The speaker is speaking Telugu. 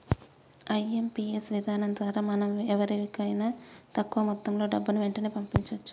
ఐ.ఎం.పీ.యస్ విధానం ద్వారా మనం వేరెవరికైనా తక్కువ మొత్తంలో డబ్బుని వెంటనే పంపించవచ్చు